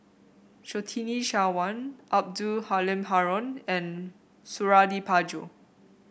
Surtini Sarwan Abdul Halim Haron and Suradi Parjo